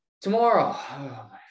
Tomorrow